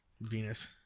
Venus